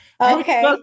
Okay